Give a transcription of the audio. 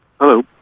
Hello